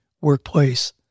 workplace